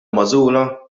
magħżula